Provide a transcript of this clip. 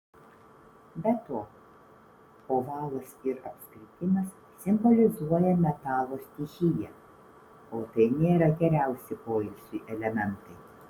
be to ovalas ir apskritimas simbolizuoja metalo stichiją o tai nėra geriausi poilsiui elementai